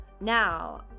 Now